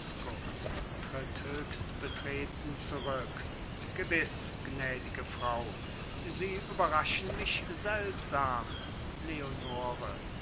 höchst betreten zurück gewiß gnädige frau sie überraschen mich seltsam leonore